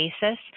basis